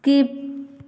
skip